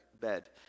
bed